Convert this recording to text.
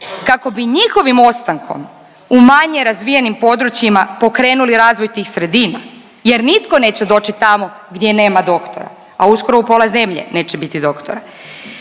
kako bi njihovim ostankom u manje razvijenim područjima pokrenuli razvoj tih sredina jer nitko neće doći tamo gdje nema doktora, a uskoro u pola zemlje neće biti doktora.